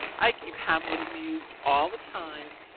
i keep hamlet amused all the time,